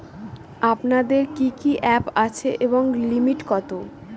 আপনাদের কি কি অ্যাপ আছে এবং লিমিট কত?